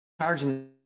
charging